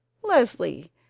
leslie,